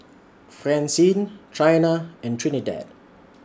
Francine Chyna and Trinidad